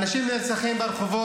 בדיוק באתי --- אנשים נרצחים ברחובות,